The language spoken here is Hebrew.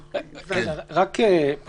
ארבעה או חמישה משרדים,